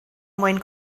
mwyn